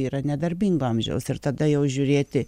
yra nedarbingo amžiaus ir tada jau žiūrėti